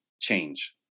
change